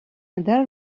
adele